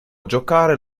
giocare